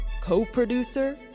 Co-producer